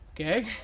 Okay